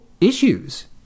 issues